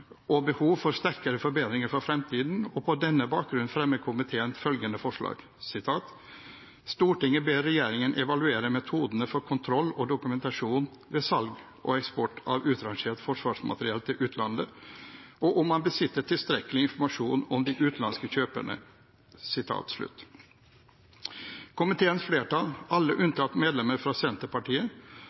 og behov for sterkere forbedringer for fremtiden, og på denne bakgrunn fremmer komiteen følgende forslag: «Stortinget ber regjeringen evaluere metodene for kontroll og dokumentasjon ved salg og eksport av utrangert forsvarsmateriell til utlandet, og om man besitter tilstrekkelig informasjon om de utenlandske kjøperne.» Komiteens flertall, alle unntatt medlemmet fra Senterpartiet,